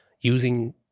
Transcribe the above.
using